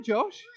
Josh